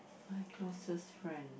my closest friend